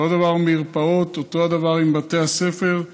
אותו דבר עם מרפאות, אותו דבר עם בתי הספר,